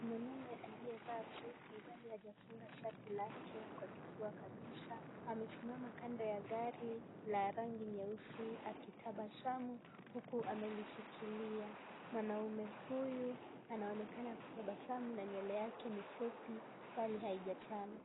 Mwanaume aliyevaa suti bali hajafunga shati lake kwa kifua kabisa amesimama kando ya gari la rangi nyeusi , akitabasamu huku amelishikilia. Mwanaume huyu anaonekana kutabasamu na nywele yake ni fupi bali haijachanwa.